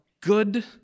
good